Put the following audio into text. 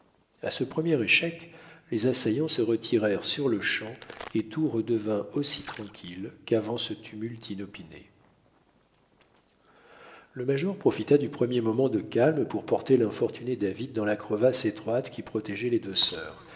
à ce premier échec les assaillants se retirèrent sur-le-champ et tout redevint aussi tranquille qu'avant ce tumulte inopiné le major profita du premier moment de calme pour porter l'infortuné david dans la crevasse étroite qui protégeait les deux sœurs